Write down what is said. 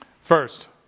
First